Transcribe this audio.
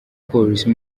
polisi